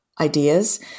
ideas